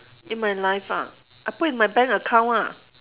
in my life ah I put in my bank account ah